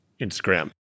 Instagram